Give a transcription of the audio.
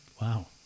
Wow